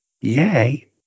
Yay